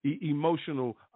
emotional